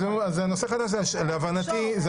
להבנתי,